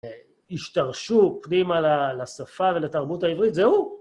השתרשו פנימה לשפה ולתרבות העברית, זה הוא.